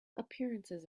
appearances